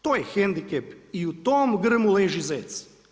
To je hendikep i u tom grmu leži zec.